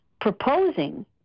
proposing